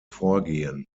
vorgehen